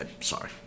Sorry